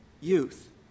youth